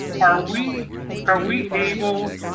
are we are we able